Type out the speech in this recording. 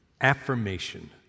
affirmation